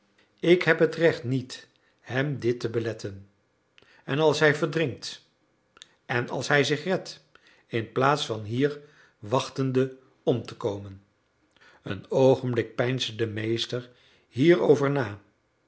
ik heb het recht niet hem dit te beletten en als hij verdrinkt en als hij zich redt inplaats van hier wachtende om te komen een oogenblik peinsde de meester hierover na